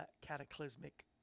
cataclysmic